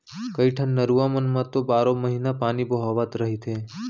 कइठन नरूवा मन म तो बारो महिना पानी बोहावत रहिथे